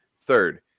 Third